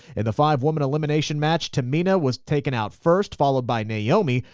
in the five woman elimination match, tamina was taken out first, followed by naomi,